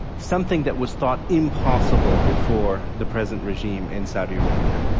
something that was thought impossible before the present regime in saudi arabia.